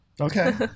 Okay